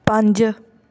ਪੰਜ